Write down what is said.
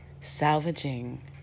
Salvaging